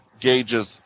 gauges